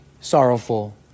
sorrowful